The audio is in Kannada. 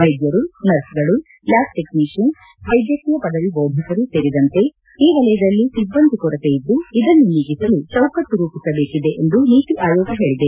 ವೈದ್ಯರು ನರ್ಸ್ಗಳು ಲ್ಯಾಬ್ ಟೆಕ್ನೀಷಿಯನ್ ವೈದ್ಯಕೀಯ ಪದವಿ ದೋಧಕರು ಸೇರಿದಂತೆ ಈ ವಲಯದಲ್ಲಿ ಸಿಬ್ಬಂದಿ ಕೊರತೆಯಿದ್ದು ಇದನ್ನು ನೀಗಿಸಲು ಚೌಕಟ್ಟು ರೂಪಿಸಬೇಕಿದೆ ಎಂದು ನೀತಿ ಆಯೋಗ ಹೇಳಿದೆ